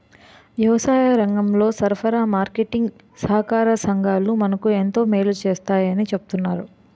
వ్యవసాయరంగంలో సరఫరా, మార్కెటీంగ్ సహాకార సంఘాలు మనకు ఎంతో మేలు సేస్తాయని చెప్తన్నారు